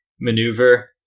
Maneuver